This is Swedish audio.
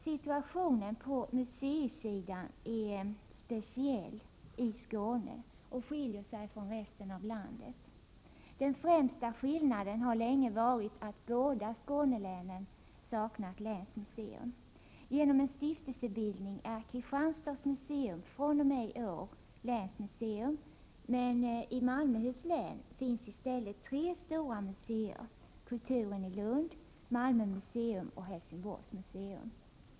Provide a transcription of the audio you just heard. Situationen på museisidan i Skåne är speciell och skiljer sig från resten av landet. Den främsta skillnaden har länge varit att båda Skånelänen saknat länsmuseum. Genom en stiftelsebildning är Kristianstads museum fr.o.m. i år länsmuseum, men i Malmöhus län finns i stället tre stora museer — Kulturen i Lund, Malmö museum och Helsingborgs museum.